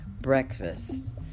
breakfast